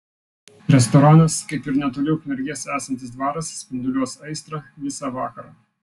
restoranas kaip ir netoli ukmergės esantis dvaras spinduliuos aistrą visa vakarą